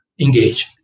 engage